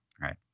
Right